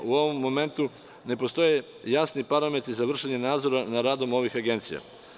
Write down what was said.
U ovom momentu ne postoje jasni parametri za vršenje nadzora nad radom ovih agencija.